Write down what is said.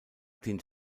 dient